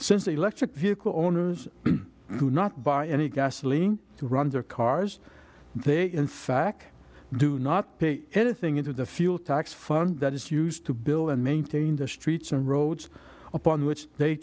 since the electric vehicle owners do not buy any gasoline to run their cars they in fact do not pay anything into the fuel tax fund that is used to build and maintain the streets and roads upon which they